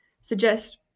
suggest